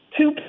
two